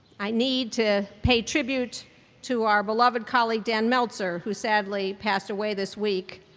i need to pay tribute to our beloved colleague, dan meltzer, who sadly passed away this week,